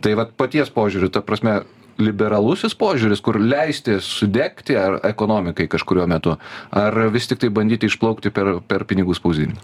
tai vat paties požiūriu ta prasme liberalusis požiūris kur leisti sudegti ar ekonomikai kažkuriuo metu ar vis tiktai bandyti išplaukti per per pinigų spausdinimą